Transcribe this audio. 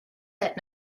that